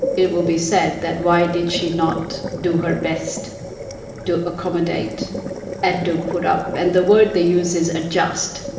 it will be said that, why did she not do her best to accommodate and to put up? and the word they use is adjust,